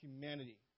humanity